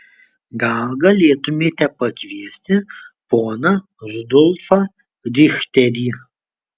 gal galėtumėte pakviesti poną rudolfą richterį